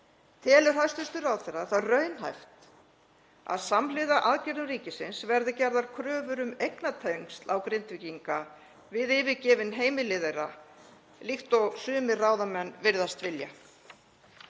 Telur hæstv. ráðherra raunhæft að samhliða aðgerðum ríkisins verði gerðar kröfur um eignatengsl á Grindvíkinga við yfirgefin heimili þeirra, líkt og sumir ráðamenn virðast vilja?